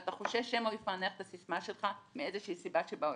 ואתה חושש שמא הוא יפענח את הסיסמה שלך מאיזושהי סיבה שבעולם,